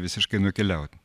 visiškai nukeliaut